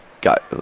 got